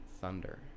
thunder